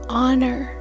honor